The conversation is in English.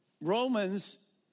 Romans